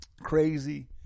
crazy